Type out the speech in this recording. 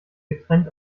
getrennt